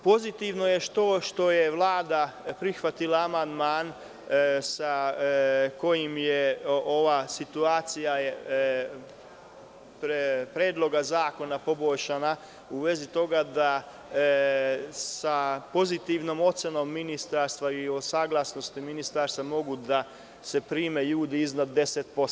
Pozitivno je to što je Vlada prihvatila amandman sa kojim je ova situacija Predloga zakona poboljšana, u vezi toga da sa pozitivnom ocenom ministarstva i uz saglasnost ministarstva mogu da se prime ljudi iznad 10%